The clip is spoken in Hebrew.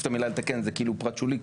את המילה "לתקן" זה כאילו פרט שולי.